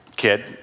kid